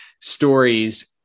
stories